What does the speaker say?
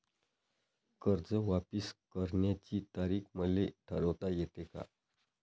कर्ज वापिस करण्याची तारीख मले ठरवता येते का?